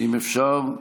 אם אפשר.